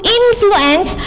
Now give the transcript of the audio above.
influence